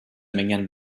mengen